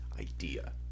idea